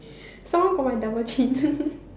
some more got my double chin